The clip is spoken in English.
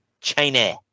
China